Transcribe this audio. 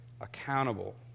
accountable